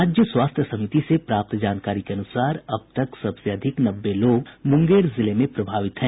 राज्य स्वास्थ्य समिति से प्राप्त जानकारी के अनुसार अब तक सबसे अधिक नब्बे लोग मुंगेर जिले में प्रभावित हैं